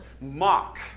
Mock